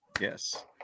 Yes